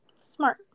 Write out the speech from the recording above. Smart